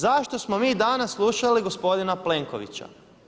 Zašto smo mi danas slušali gospodina Plenkovića?